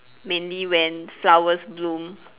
mainly when flowers bloom